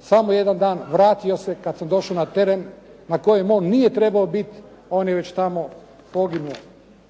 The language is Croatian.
samo jedan dan, vratio se. Kad sam došao na teren na kojem on nije trebao biti on je već tamo poginuo.